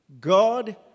God